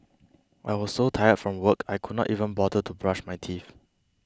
I was so tired from work I could not even bother to brush my teeth